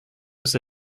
was